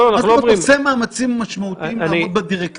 מה זאת אומרת "עושה מאמצים משמעותיים לעמוד בדירקטיבה"?